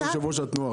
הוא יושב-ראש התנועה,